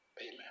Amen